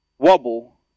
wobble